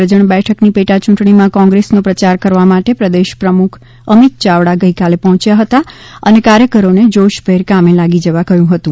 કરજણ બેઠકની પેટાચૂંટણીમાં કોંગ્રેસનો પ્રચાર કરવા માટે પ્રદેશ પ્રમુખ અમિત ચાવડા ગઈકાલે ત્યાં પર્ફોચ્યા હતા અને કાર્યકરોને જોશભેર કામે લાગી જવા કહ્યું હતું